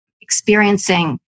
experiencing